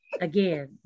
Again